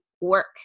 work